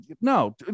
No